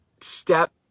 step